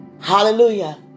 Hallelujah